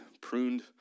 pruned